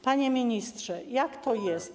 Panie ministrze, jak to jest?